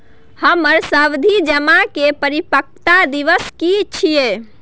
हमर सावधि जमा के परिपक्वता दिवस की छियै?